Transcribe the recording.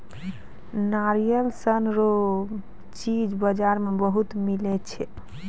नारियल सन रो चीज बजार मे बहुते मिलै छै